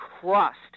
crust